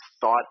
thought